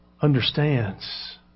understands